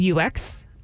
UX